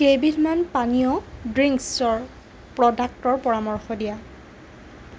কেইবিধমান পানীয় ড্ৰিংচৰ প্ৰডাক্টৰ পৰামৰ্শ দিয়া